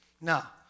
Now